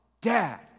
dad